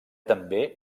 també